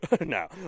No